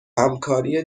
همکاری